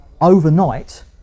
overnight